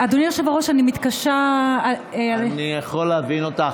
אדוני היושב-ראש, אני מתקשה, אני יכול להבין אותך.